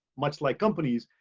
much like companies,